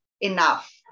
enough